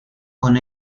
con